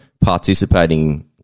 participating